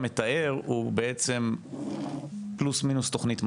מתאר הוא בעצם פלוס-מינוס תוכנית "מסע".